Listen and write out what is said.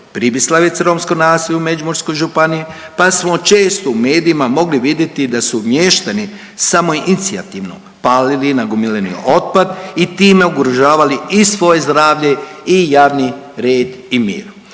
Pribislavec romsko naselje u Međimurskoj županiji pa smo često u medijima mogli vidjeti da su mještani samoinicijativno palili nagomilani otpad i time ugrožavali i svoje zdravlje i javni red i mir.